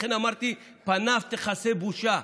לכן אמרתי: פניו תכסה בושה.